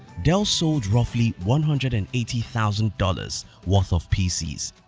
dell sold roughly one hundred and eighty thousand dollars worth of pcs.